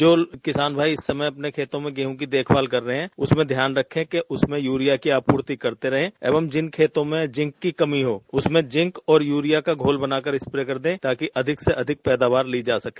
जो किसान भाई इस समय अपने खेतों में गेहूं की देखभाल कर रहे हैं उसमें ध्यान रखें कि यूरिया की आपूर्ति करते रहें एवं जिन खेतों में जिंक की कमी हो उसमें जिंक और यूरिया का घोल बनाकर स्प्रे कर दें ताकि अधिक से अधिक पैदावार ली जा सके